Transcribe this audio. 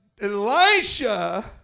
Elisha